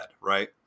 right